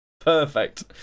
perfect